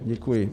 Děkuji.